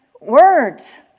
words